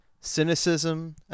cynicism